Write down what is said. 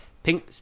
Pink